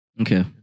Okay